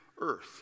earth